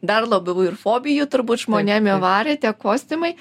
dar labiau ir fobijų turbūt žmonėm įvarė tie kostiumai